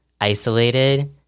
isolated